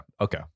Okay